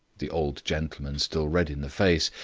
the old gentleman, still red in the face,